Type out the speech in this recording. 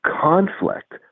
conflict